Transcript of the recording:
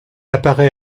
apparaît